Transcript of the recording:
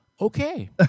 Okay